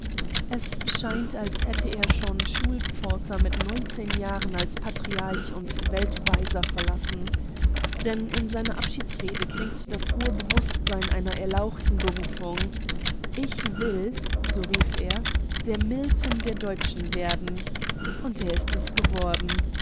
es scheint als hätte er schon schulpforta mit neunzehn jahren als patriarch und weltmeister verlassen in seiner abschiedsrede klingt das hohe bewußtsein einer erlauchten berufung ich will so rief er der milton der deutschen werden und er ist es geworden